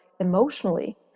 Emotionally